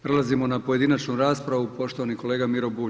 Prelazimo na pojedinačnu raspravu, poštovani kolega Miro Bulj.